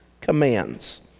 commands